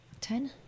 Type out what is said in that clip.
Ten